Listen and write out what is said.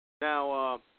Now